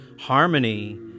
harmony